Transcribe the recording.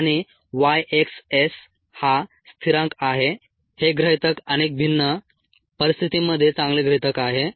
आणि Y xs हा स्थिरांक आहे हे गृहीतक अनेक भिन्न परिस्थितींमध्ये चांगले गृहितक आहे